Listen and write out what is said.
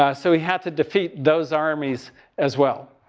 ah so he had to defeat those armies as well.